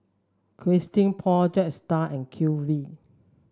Christian Paul Jetstar and Q V